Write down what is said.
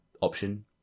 option